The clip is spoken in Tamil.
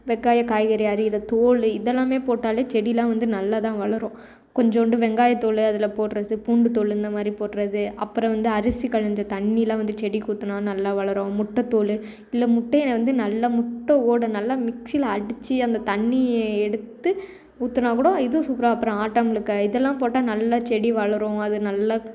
வெங்காயம் காய்கறி அரிகிற தோல் இதெல்லாமே போட்டாலே செடியெலாம் வந்து நல்லாதான் வளரும் கொஞ்சண்டு வெங்காய தோல் அதில் போடுறது பூண்டு தோல் இந்த மாதிரி போடுறது அப்புறம் வந்து அரிசி களைஞ்ச தண்ணியெலாம் வந்து செடிக்கு ஊற்றினா நல்லா வளரும் முட்டை தோல் இல்லை முட்டையில வந்து நல்லா முட்டை ஓடை நல்லா மிக்ஸியில அடிச்சு அந்த தண்ணியை எடுத்து ஊற்றினா கூட இதுவும் சூப்பராக அப்புறம் ஆட்டாம் புலுக்கை இதெல்லாம் போட்டால் நல்லா செடி வளரும் அது நல்லா